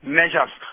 measures